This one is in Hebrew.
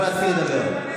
אתה יכול להתחיל לדבר.